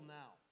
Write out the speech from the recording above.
now